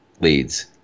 leads